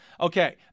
okay